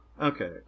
Okay